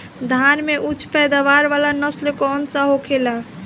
धान में उच्च पैदावार वाला नस्ल कौन सा होखेला?